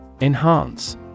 Enhance